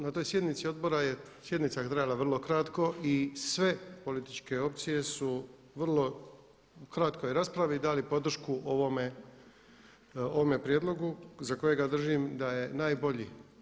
Na toj sjednici Odbora, sjednica je trajala vrlo kratko i sve političke opcije su u vrlo kratkoj raspravi dali podršku ovome prijedlogu za kojega držim da je najbolji.